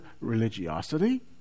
religiosity